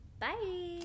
Bye